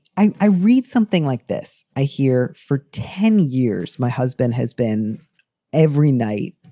i i read something like this. i hear for ten years my husband has been every night.